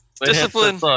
Discipline